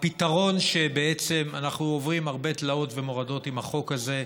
אנחנו עוברים הרבה תלאות ומורדות עם החוק הזה.